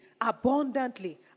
abundantly